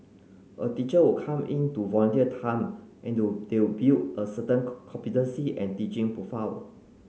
a teacher come in to volunteer time and they build a certain competency and teaching profile